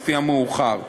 לפי המאוחר.